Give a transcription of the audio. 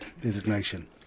designation